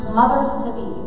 mothers-to-be